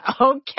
okay